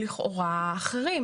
לכאורה אחרים.